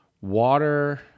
water